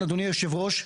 היגיון, אדוני יושב הראש,